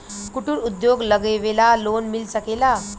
कुटिर उद्योग लगवेला लोन मिल सकेला?